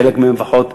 חלק מהם לפחות,